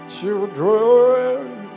Children